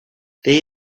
they